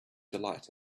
delight